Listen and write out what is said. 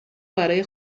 برای